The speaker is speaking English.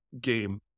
game